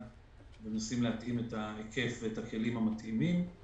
אנחנו מנסים להתאים את ההיקף ואת הכלים המתאימים.